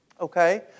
okay